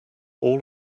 all